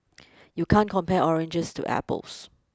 you can't compare oranges to apples